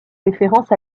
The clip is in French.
référence